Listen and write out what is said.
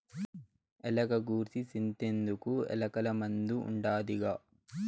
ఎలక గూర్సి సింతెందుకు, ఎలకల మందు ఉండాదిగా